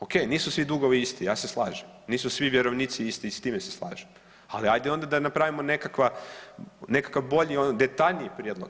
Ok, nisu svi dugovi isti ja se slažem, nisu svi vjerovnici isti i s time se slažem, ali ajde onda da napravimo nekakav bolji, detaljniji prijedlog.